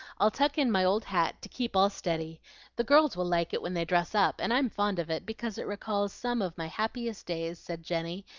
i'll tuck in my old hat to keep all steady the girls will like it when they dress up, and i'm fond of it, because it recalls some of my happiest days, said jenny,